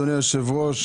אדוני היושב-ראש,